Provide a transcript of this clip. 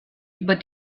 über